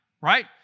right